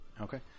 Okay